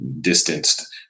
distanced